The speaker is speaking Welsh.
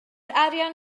arian